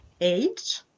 Age